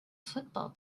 football